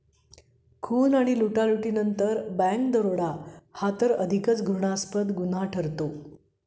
खून आणि लुटालुटीनंतर बँक दरोडा हा तर अधिकच घृणास्पद गुन्हा ठरतो